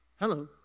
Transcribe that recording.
Hello